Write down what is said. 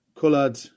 coloured